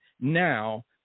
now